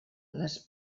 les